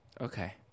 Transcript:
Okay